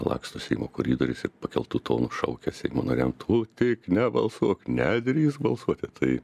laksto seimo koridoriais ir pakeltu tonu šaukia seimo nariam tu tik nebalsuok nedrįsk balsuoti tai